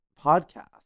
podcast